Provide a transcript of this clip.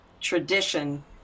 tradition